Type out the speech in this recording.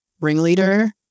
ringleader